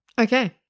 Okay